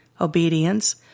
obedience